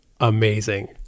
amazing